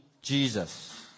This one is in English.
Jesus